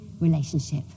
relationship